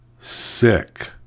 sick